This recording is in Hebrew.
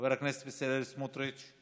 חבר הכנסת בצלאל סמוטריץ';